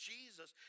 Jesus